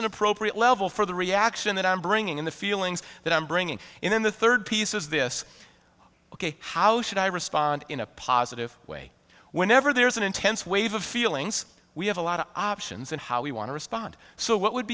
an appropriate level for the reaction that i'm bringing in the feelings that i'm bringing in the third piece is this ok how should i respond in a positive way whenever there is an intense wave of feelings we have a lot of options and how we want to respond so what would